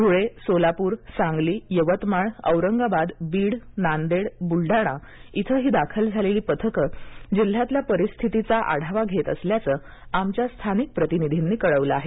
धुळे सोलापूर सांगली यवतमाळ औरंगाबाद बीड नांदेड बुलडाणा इथं दाखल झालेली पथकं जिल्ह्यातल्या परिस्थितीचा आढावा घेत असल्याचं आमच्या स्थानिक प्रतिनिधींनी कळवलं आहे